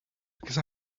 because